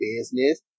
business